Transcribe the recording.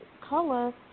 color